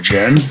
Jen